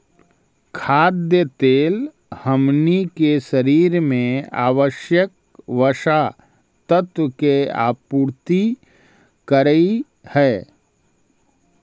खाद्य तेल हमनी के शरीर में आवश्यक वसा तत्व के आपूर्ति करऽ हइ